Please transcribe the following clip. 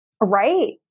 Right